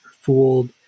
fooled